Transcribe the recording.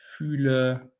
fühle